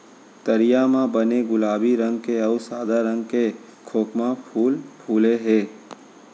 तरिया म बने गुलाबी रंग के अउ सादा रंग के खोखमा फूल फूले हे